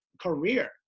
career